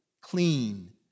clean